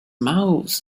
mouths